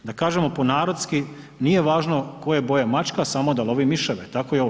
Da kažemo po narodski, nije važno koje boje mačka samo da lovi miševe, tako i ovo.